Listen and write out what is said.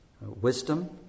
wisdom